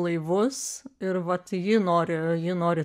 laivus ir vat ji nori ji nori